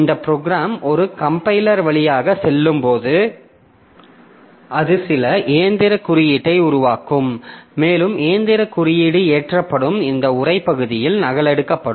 இந்த ப்ரோக்ராம் ஒரு கம்பைலர் வழியாக செல்லும் போது அது சில இயந்திர குறியீட்டை உருவாக்கும் மேலும் இயந்திர குறியீடு ஏற்றப்படும் இந்த உரை பகுதியில் நகலெடுக்கப்படும்